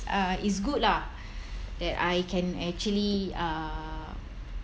uh it's good lah that I can actually uh